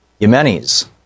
Yemenis